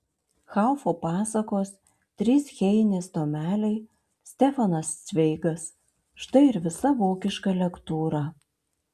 haufo pasakos trys heinės tomeliai stefanas cveigas štai ir visa vokiška lektūra